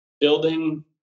building